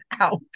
out